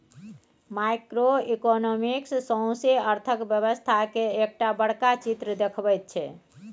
micro economics सौसें अर्थक व्यवस्था केर एकटा बड़का चित्र देखबैत छै